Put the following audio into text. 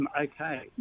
Okay